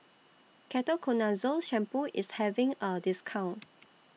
Ketoconazole Shampoo IS having A discount